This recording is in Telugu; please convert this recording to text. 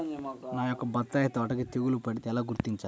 నా యొక్క బత్తాయి తోటకి తెగులు పడితే ఎలా గుర్తించాలి?